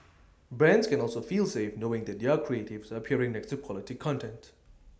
brands can also feel safe knowing that their creatives are appearing next to quality content